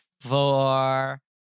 four